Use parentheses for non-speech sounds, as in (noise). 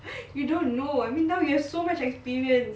(laughs) you don't know I mean now you have so much experience